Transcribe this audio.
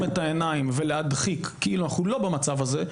את העיניים ולהדחיק כאילו אנחנו לא במצב הזה,